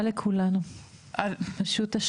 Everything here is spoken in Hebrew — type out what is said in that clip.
השראה לכולנו, פשוט השראה.